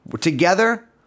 Together